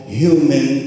human